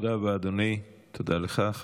תודה רבה, אדוני, תודה לך.